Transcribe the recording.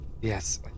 Yes